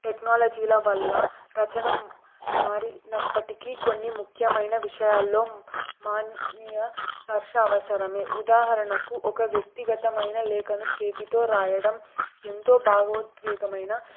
టెక్నాలజీల వల్ల రచన మారినప్పటికీ కొన్ని ముఖ్యమైన విషయాల్లో మానియ స్పర్శ అవసరమే ఉదాహరణకు ఒక వ్యక్తిగతమైన లేఖను చేతితో రాయడం ఎంతో భాగోద్వేగమైన